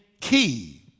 key